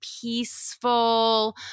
peaceful